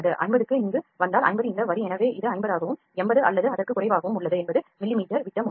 50 இங்கு வந்தால் 50 இந்த வரி எனவே இது 50 ஆகவும் 80 அல்லது அதற்கு குறைவாகவும் உள்ளது எண்பது மிமீ விட்டம் உள்ளது